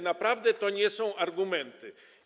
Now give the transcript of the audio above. Naprawdę to nie są argumenty.